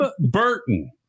Burton